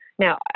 Now